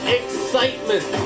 excitement